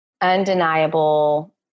undeniable